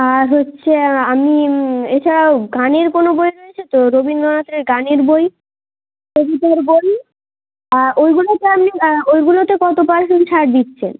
আর হচ্ছে আমি এছাড়াও গানের কোনও বই রয়েছে তো রবীন্দ্রনাথের গানের বই কবিতার বই ওইগুলোতে আপনি ওইগুলোতে কত পার্সেন্ট ছাড় দিচ্ছেন